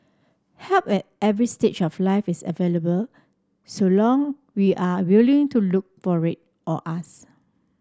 help at every stage of life is available so long we are willing to look for it or ask